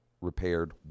repaired